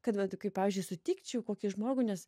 kad vat kai pavyzdžiui sutikčiau kokį žmogų nes